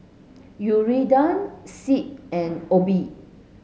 Yuridia Sid and Obie